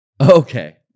okay